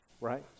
right